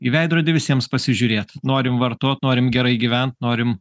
į veidrodį visiems pasižiūrėt norim vartot norim gerai gyvent norim